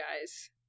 guys